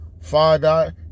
Father